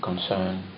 concern